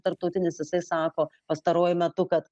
tarptautinis jisai sako pastaruoju metu kad